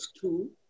two